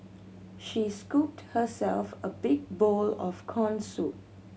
she scooped herself a big bowl of corn soup